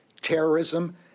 terrorism